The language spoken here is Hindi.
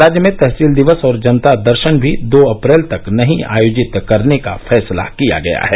राज्य में तहसील दिवस और जनता दर्शन भी दो अप्रैल तक नहीं आयोजित करने का फैसला किया गया है